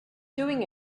doing